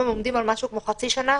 היום, הם עומדים על משהו כמו חצי שנה.